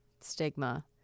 stigma